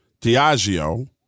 Diageo